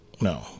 no